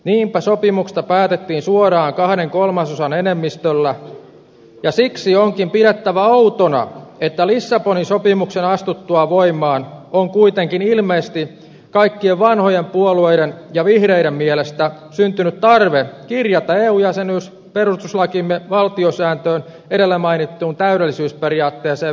niinpä sopimuksesta päätettiin suoraan kahden kolmasosan enemmistöllä ja siksi onkin pidettävä outona että lissabonin sopimuksen astuttua voimaan on kuitenkin ilmeisesti kaikkien vanhojen puolueiden ja vihreiden mielestä syntynyt tarve kirjata eu jäsenyys perustuslakimme valtiosääntöön edellä mainittuun täydellisyysperiaatteeseen vedoten